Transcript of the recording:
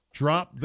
drop